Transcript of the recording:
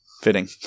fitting